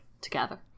together